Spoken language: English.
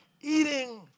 eating